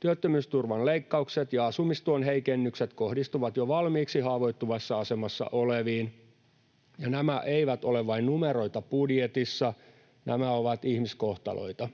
Työttömyysturvan leikkaukset ja asumistuen heikennykset kohdistuvat jo valmiiksi haavoittuvassa asemassa oleviin, ja nämä eivät ole vain numeroita budjetissa, nämä ovat ihmiskohtaloita.